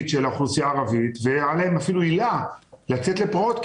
של האוכלוסייה הערבית ואפילו הייתה להם עילה לצאת לפרעות,